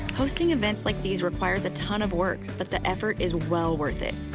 hosting events like these requires a ton of work, but the effort is well worth it.